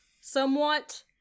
somewhat